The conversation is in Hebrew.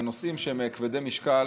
נושאים שהם כבדי משקל,